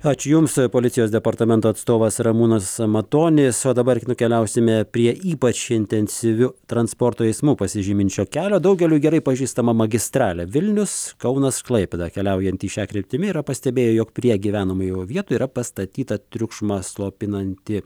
ačiū jums policijos departamento atstovas ramūnas matonis o dabar nukeliausime prie ypač intensyviu transporto eismu pasižyminčio kelio daugeliui gerai pažįstama magistralė vilnius kaunas klaipėda keliaujanti šia kryptimi yra pastebėjo jog prie gyvenamųjų vietų yra pastatyta triukšmą slopinanti